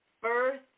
first